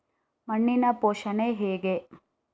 ಮಣ್ಣಿನ ಪೋಷಣೆ ಹೇಗೆ?